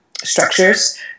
structures